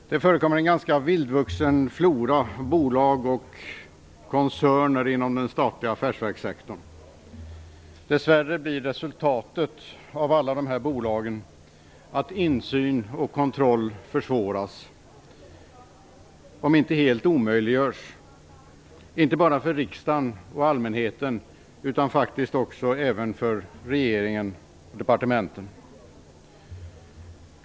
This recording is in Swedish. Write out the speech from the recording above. Herr talman! Det förekommer en ganska vildvuxen flora av bolag och koncerner inom den statliga affärsverkssektorn. Dess värre blir resultatet av alla dessa bolag att insyn och kontroll försvåras, om inte helt omöjliggörs, inte bara för riksdagen och allmänheten utan faktiskt också för regeringen och departementen.